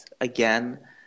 again